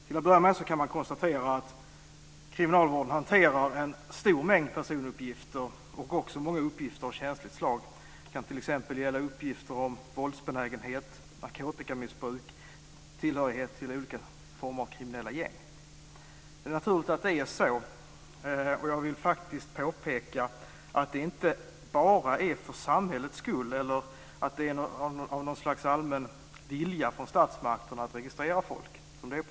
Till att börja med kan man konstatera att kriminalvården hanterar en stor mängd personuppgifter och också många uppgifter av känsligt slag. Det kan t.ex. gälla uppgifter om våldsbenägenhet, narkotikamissbruk och tillhörighet till olika former av kriminella gäng. Det är naturligt att det är så. Och jag vill faktiskt påpeka att det inte är på det sättet bara är för samhällets skull eller för att det finns något slags allmän vilja från statsmakten att registrera folk.